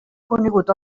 conegut